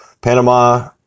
Panama